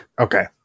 Okay